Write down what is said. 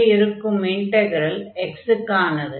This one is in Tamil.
உள்ளே இருக்கும் இன்டக்ரல் x க்கானது